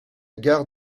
gare